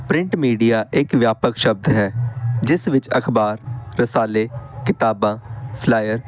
print media ਇੱਕ ਵਿਆਪਕ ਸ਼ਬਦ ਹੈ ਜਿਸ ਵਿੱਚ ਅਖਬਾਰ ਰਸਾਲੇ ਕਿਤਾਬਾਂ ਫਲਾਈਅਰ